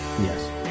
Yes